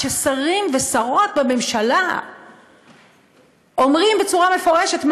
כששרים ושרות בממשלה אומרים בצורה מפורשת: